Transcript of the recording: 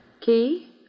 Key